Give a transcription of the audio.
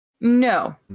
No